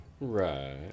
Right